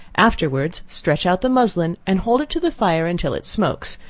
afterwards stretch out the muslin and hold it to the fire until it smokes,